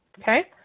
Okay